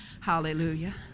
Hallelujah